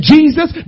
Jesus